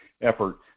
effort